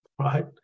right